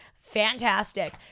fantastic